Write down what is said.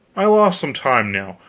i lost some time, now,